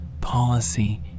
policy